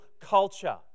culture